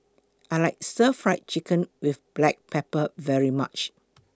I like Stir Fried Chicken with Black Pepper very much